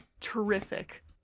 terrific